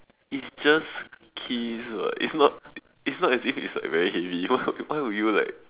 it's just keys [what] it's not it's not as if it's like very heavy why why would you like